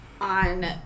on